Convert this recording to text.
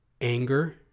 anger